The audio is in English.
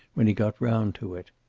when he got round to it.